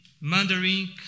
Mandarin